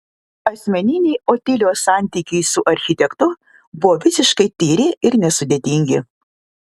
asmeniniai otilijos santykiai su architektu buvo visiškai tyri ir nesudėtingi